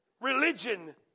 religion